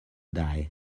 die